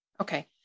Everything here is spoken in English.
Okay